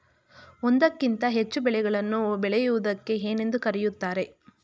ಒಂದಕ್ಕಿಂತ ಹೆಚ್ಚು ಬೆಳೆಗಳನ್ನು ಬೆಳೆಯುವುದಕ್ಕೆ ಏನೆಂದು ಕರೆಯುತ್ತಾರೆ?